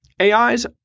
AIs